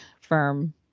firm